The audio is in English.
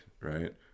right